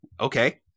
Okay